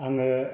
आङो